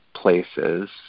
places